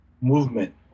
movement